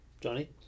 Johnny